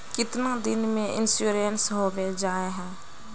कीतना दिन में इंश्योरेंस होबे जाए है?